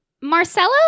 Marcelo